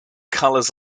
colors